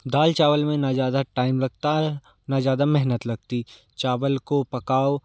दाल चावल में ना ज़्यादा टाइम लगता है ना ज़्यादा मेहनत लगती चावल को पकाओ